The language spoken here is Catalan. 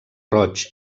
roig